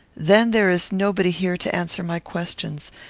then there is nobody here to answer my questions.